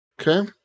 okay